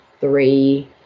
three